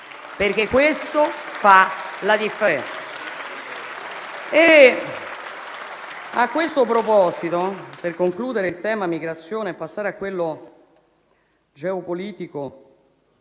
perché questo fa la differenza.